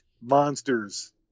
monsters